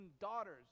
daughters